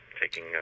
taking